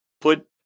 put